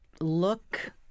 look